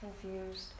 confused